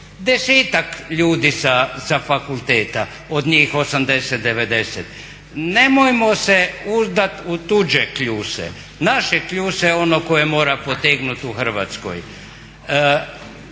desetak ljudi sa fakulteta od njih 80, 90. Nemojmo se uzdati u tuđe kljuse, naše kljuse je ono koje mora potegnuti u Hrvatskoj.